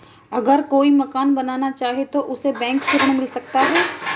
अगर कोई मकान बनाना चाहे तो उसे बैंक से ऋण मिल सकता है?